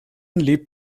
lebt